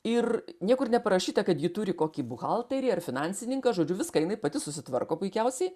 ir niekur neparašyta kad ji turi kokį buhalterį ar finansininką žodžiu viską jinai pati susitvarko puikiausiai